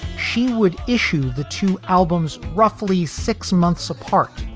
she would issue the two albums roughly six months apart,